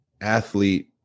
athlete